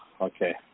Okay